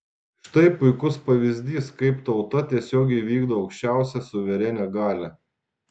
štai puikus pavyzdys kaip tauta tiesiogiai vykdo aukščiausią suverenią galią